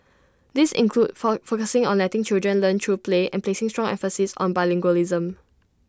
these include for focusing on letting children learn through play and placing strong emphasis on bilingualism